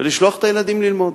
ולשלוח את הילדים ללמוד.